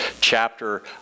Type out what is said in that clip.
chapter